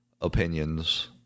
opinions